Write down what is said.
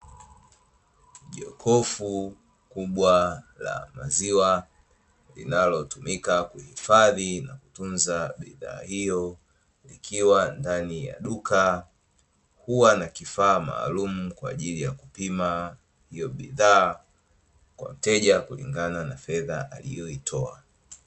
Jokufu kubwa la maziwa linalotumika kuhifadhi na kutunza bidhaa hiyo, likiwa ndani ya duka, huwa na kifaa maalumu kwa ajili ya kupima hiyo bidhaa, kwa mteja kulingana na fedha aliyoitoa.